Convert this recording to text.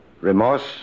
Remorse